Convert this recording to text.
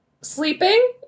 Sleeping